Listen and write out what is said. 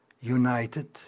united